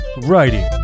writing